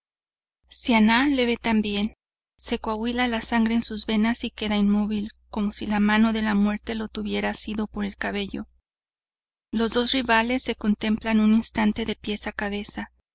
siannah le ve también se coagula la sangre en sus venas y queda inmóvil como si la mano de la muerte lo tuviera asido por el cabello los dos rivales se contemplan un instante de pies a cabeza